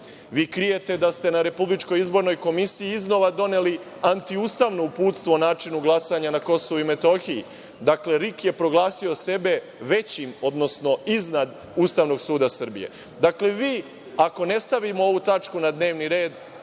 Vi krijete da ste na Republičkoj izbornoj komisiji iznova doneli antiustavno uputstvo o načinu glasanja na Kosovu i Metohiji. Dakle, RIK je proglasio sebe većim, odnosno iznad Ustavnog suda Srbije. Dakle, ako ne stavimo ovu tačku na dnevni red,